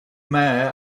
mayor